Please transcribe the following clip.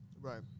right